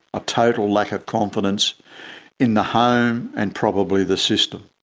a total lack of confidence in the home and probably the system.